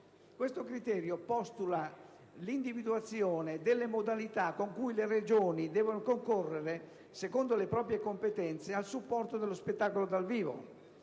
Questo criterio postula l'individuazione delle modalità con cui le Regioni devono concorrere, secondo le proprie competenze, a supporto dello spettacolo dal vivo.